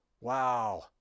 Wow